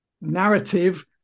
narrative